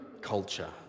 culture